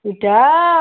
ଏଇଟା